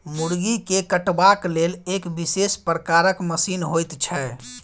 मुर्गी के कटबाक लेल एक विशेष प्रकारक मशीन होइत छै